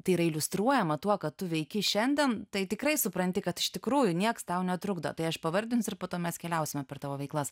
tai yra iliustruojama tuo ką tu veiki šiandien tai tikrai supranti kad iš tikrųjų nieks tau netrukdo tai aš pavardinsiu ir po to mes keliausime per tavo veiklas